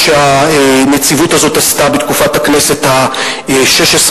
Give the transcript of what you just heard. שהנציבות הזאת עשתה בתקופת הכנסת השש-עשרה,